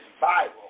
Bible